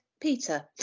Peter